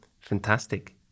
Fantastic